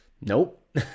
Nope